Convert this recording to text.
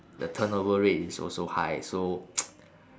the turnover rate is also high so